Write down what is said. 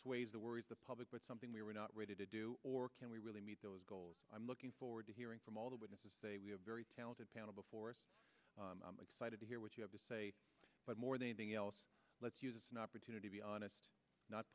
assuage the worries the public but something we were not ready to do or can we really meet those goals i'm looking forward to hearing from all the witnesses say we have a very talented panel before us i'm excited to hear what you have to say but more than anything else let's use an opportunity be honest not